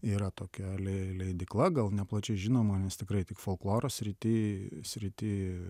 yra tokia leidykla gal neplačiai žinoma nes tikrai tik folkloro srity srity